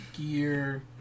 Gear